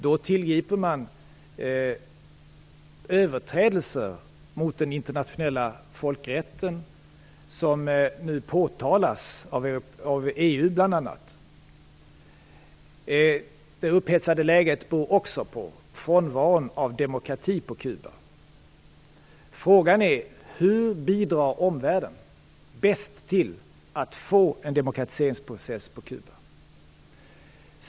Då tillgriper man överträdelser mot den internationella folkrätten, något som nu påtalas av bl.a. EU. Det upphetsade läget beror också på frånvaron av demokrati på Kuba. Frågan är: Hur bidrar omvärlden bäst till att få till stånd en demokratiseringsprocess på Kuba?